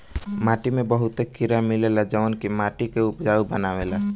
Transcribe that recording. माटी में बहुते कीड़ा मिलेला जवन की माटी के उपजाऊ बनावेला